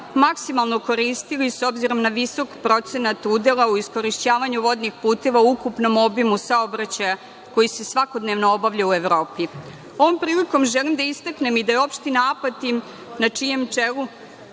maksimalno koristili s obzirom na visok procenat udela u iskorišćavanju vodnih puteva u ukupnom obimu saobraćaja koji se svakodnevno obavlja u Evropi. Ovom prilikom želim da istaknem i da je opština Apatin, na čijem čelu